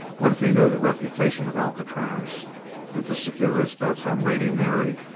what if he knew the reputation of alcatraz and to secure his bets on lady mary,